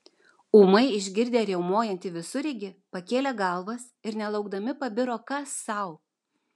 ūmai išgirdę riaumojantį visureigį pakėlė galvas ir nelaukdami pabiro kas sau